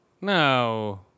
No